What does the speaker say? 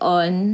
on